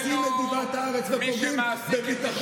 לא ימונו רבנים שמוציאים את דיבת הארץ ופוגעים בביטחון